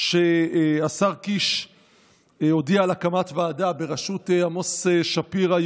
שהשר קיש הודיע על הקמת ועדה בראשות עמוס שפירא,